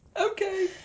Okay